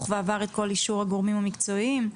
ועבר את כל אישורי הגורמים המקצועיים.